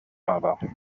aber